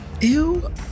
Ew